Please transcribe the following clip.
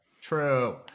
True